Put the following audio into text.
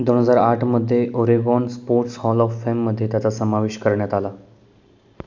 दोन हजार आठमध्ये ओरेगॉन स्पोर्ट्स हॉल ऑफ फेममध्ये त्याचा समावेश करण्यात आला